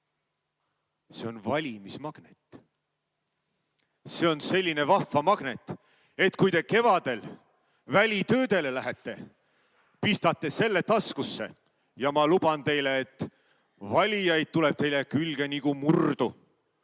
See on valimismagnet. See on selline vahva magnet, et kui te kevadel välitöödele lähete, pistate selle taskusse, ja ma luban teile, et valijaid tuleb teile külge nagu murdu.